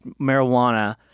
marijuana